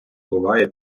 буває